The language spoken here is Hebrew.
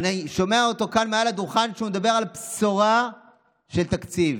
אני שומע אותו כאן מעל הדוכן כשהוא מדבר על בשורה של תקציב.